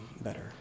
better